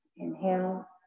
Inhale